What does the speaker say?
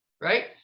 right